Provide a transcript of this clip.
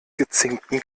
gezinkten